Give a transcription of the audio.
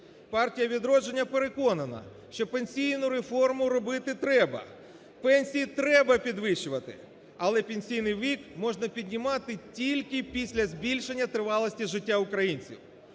"Партія "Відродження" переконана, що пенсійну реформу робити треба, пенсії треба підвищувати, але пенсійний вік можна піднімати тільки після збільшення тривалості життя українців.